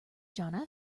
john